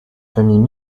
familles